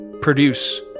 produce